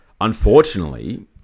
unfortunately